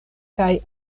kaj